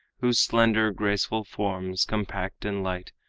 whose slender, graceful forms, compact and light,